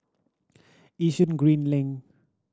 Yishun Green Link